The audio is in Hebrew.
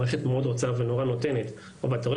המערכת מאוד רוצה ונורא נותנת אבל אתה רואה